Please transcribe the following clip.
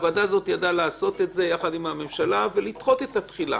הוועדה הזאת ידעה לעשות את זה יחד עם הממשלה ולדחות את התחילה.